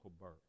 birth